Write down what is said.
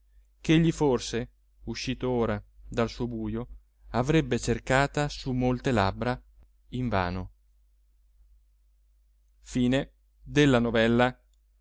voce ch'egli forse uscito ora da suo bujo avrebbe cercata su molte labbra invano pena